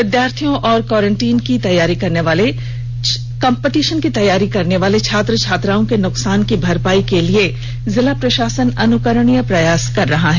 विद्यार्थियों और कंपटीशन की तैयारी करने वाले छात्र छात्राओं के नुकसान की भरपाई करने के लिए जिला प्रशासन अनुकरणीय प्रयास कर रहा है